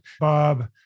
Bob